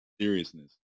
Seriousness